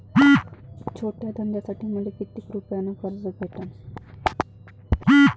छोट्या धंद्यासाठी मले कितीक रुपयानं कर्ज भेटन?